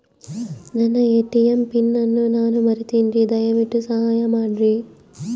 ನನ್ನ ATM PIN ಅನ್ನು ನಾನು ಮರಿತಿನ್ರಿ, ದಯವಿಟ್ಟು ಸಹಾಯ ಮಾಡ್ರಿ